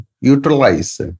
utilize